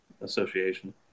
association